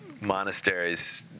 monasteries